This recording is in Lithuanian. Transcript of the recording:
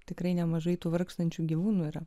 tikrai nemažai tų vargstančių gyvūnų yra